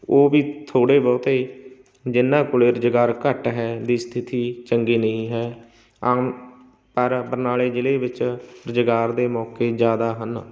ਉਹ ਵੀ ਥੋੜ੍ਹੇ ਬਹੁਤ ਜਿਹਨਾਂ ਕੋਲ ਰੁਜ਼ਗਾਰ ਘੱਟ ਹੈ ਦੀ ਸਥਿਤੀ ਚੰਗੀ ਨਹੀਂ ਹੈ ਆਮ ਪਰ ਬਰਨਾਲੇ ਜ਼ਿਲ੍ਹੇ ਵਿੱਚ ਰੁਜ਼ਗਾਰ ਦੇ ਮੌਕੇ ਜ਼ਿਆਦਾ ਹਨ